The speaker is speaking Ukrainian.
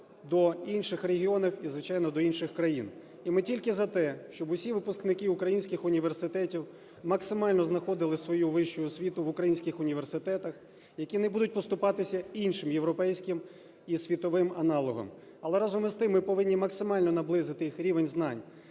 до інших регіонів і, звичайно, до інших країн. І ми тільки за те, щоб усі випускники українських університетів максимально знаходили свою вищу освіту в українських університетах, які не будуть поступатися іншим європейським і світовим аналогам. Але, разом із тим, ми повинні максимально наблизити їх рівень знань